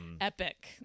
epic